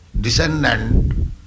descendant